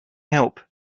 help